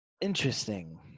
Interesting